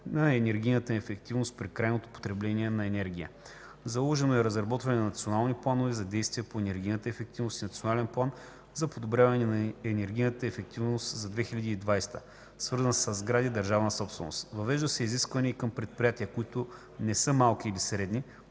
на енергийната ефективност при крайното потребление на енергия. Заложено е разработване на национални планове за действие по енергийна ефективност и национален план за подобряване на енергийната ефективност за 2020, свързан със сгради – държавна собственост. Въвежда се изискване и към предприятията, които не са малки или средни,